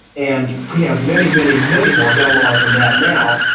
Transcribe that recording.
and we have many, many many more gun laws than that now,